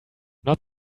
not